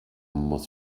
muss